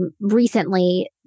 recently